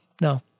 no